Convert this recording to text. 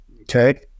Okay